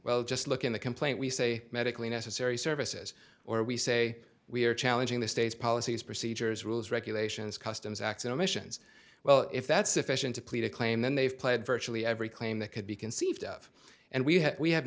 well just look in the complaint we say medically necessary services or we say we are challenging the state's policies procedures rules regulations customs x omissions well if that's sufficient to plead a claim then they've played virtually every claim that could be conceived of and we have we have